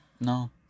no